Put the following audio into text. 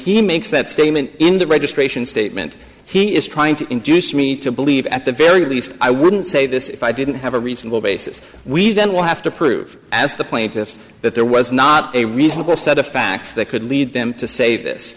he makes that statement in the registration statement he is trying to induce me to believe at the very least i wouldn't say this if i didn't have a reasonable basis we then will have to prove as the plaintiffs that there was not a reasonable set of facts that could lead them to say this